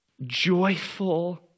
joyful